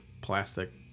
plastic